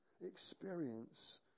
experience